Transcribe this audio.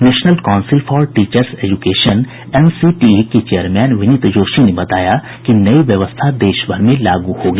national council for teachers education NCTE के chairman Vineet Joshi ने बताया कि नई व्यवस्था देशभर में लागू होगी